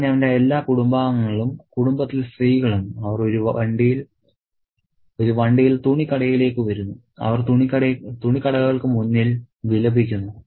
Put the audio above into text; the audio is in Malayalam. അങ്ങനെ അവന്റെ എല്ലാ കുടുംബാംഗങ്ങളും കുടുംബത്തിലെ സ്ത്രീകളും അവർ ഒരു വണ്ടിയിൽ തുണിക്കടയിലേക്ക് വരുന്നു അവർ തുണിക്കടകൾക്ക് മുന്നിൽ വിലപിക്കുന്നു